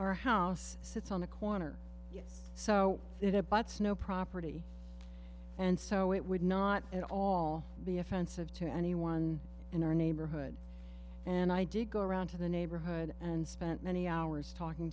our house sits on the corner so it abuts no property and so it would not at all be offensive to anyone in our neighborhood and i did go around to the neighborhood and spent many hours talking